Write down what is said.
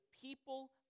people